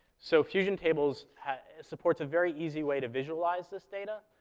so fusion tables supports a very easy way to visualize this data.